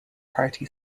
party